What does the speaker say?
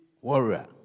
warrior